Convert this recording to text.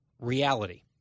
reality